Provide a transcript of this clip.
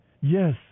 Yes